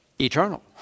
eternal